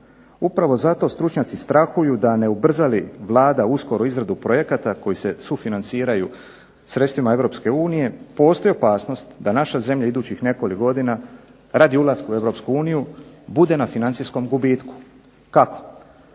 Upravo zato stručnjaci strahuju da ne ubrza li Vlada uskoro izradu projekta koji se sufinanciraju sredstvima EU postoji opasnost da naša zemlja idućih nekoliko godina radi ulaska u EU bude na financijskom gubitku. Kako?